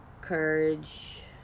courage